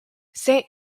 saint